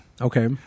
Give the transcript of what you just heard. Okay